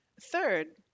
Third